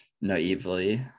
naively